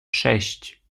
sześć